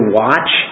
watch